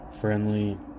Friendly